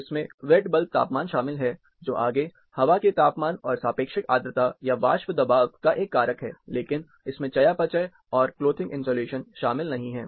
इसमें wet bulb तापमान शामिल है जो आगे हवा के तापमान और सापेक्षिक आर्द्रता या वाष्प दबाव का एक कारक है लेकिन इसमें चयापचय और क्लोथिंग इन्सुलेशन शामिल नहीं है